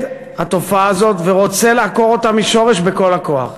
התופעה הזאת ורוצה לעקור אותה משורש בכל הכוח.